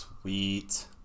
Sweet